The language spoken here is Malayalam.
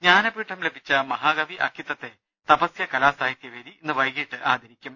ജ്ഞാനപീഠം ലഭിച്ച മഹാകവി അക്കിത്തത്തെ തപസ്യ കലാസാഹിത്യവേദി ഇന്ന് വൈകീട്ട് ആദരിക്കും